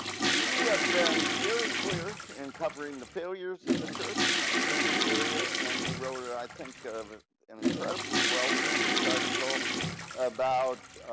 you have been very clear and covering the failures of the church in this area. and you wrote it, i think, an incredibly well researched article about